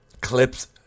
clips